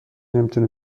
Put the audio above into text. نمیتونه